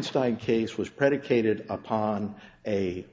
strike case was predicated upon a